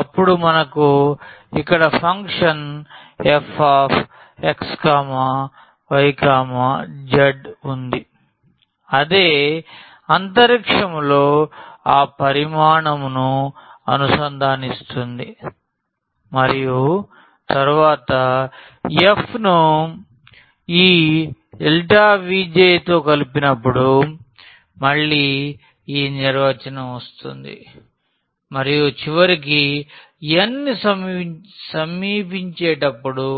అప్పుడు మనకు ఇక్కడ ఫంక్షన్ fx y z వుంది అదే అంతరిక్షంలో ఆ పరిమాణంను అనుసంధానిస్తుంది మరియు తరువాత f ను ఈతో Vj కలిపనపుడు మళ్ళీ ఈ నిర్వచనం వస్తుంది మరియు చివరికి n ని సమీపించేటప్పుడు